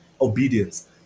obedience